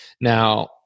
Now